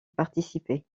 participer